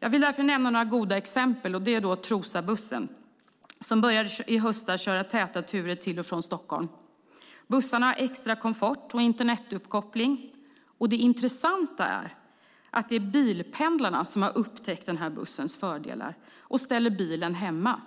Jag vill därför nämna några goda exempel. Trosabussen började i höstas köra täta turer till och från Stockholm. Bussarna har extra komfort och Internetuppkoppling, och det intressanta är att det är bilpendlarna som har upptäckt bussens fördelar och ställer bilen hemma.